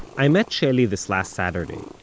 i met shelly this last saturday.